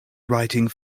writing